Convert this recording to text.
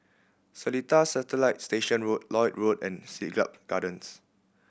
Seletar Satellite Station Road Lloyd Road and Siglap Gardens